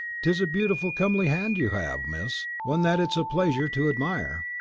tis a beautiful comely hand you have, miss, one that it's a pleasure to admire.